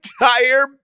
entire